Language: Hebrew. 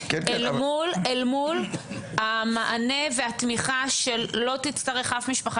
אל מול המענה והתמיכה של לא תצטרך אף משפחה,